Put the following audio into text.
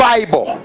Bible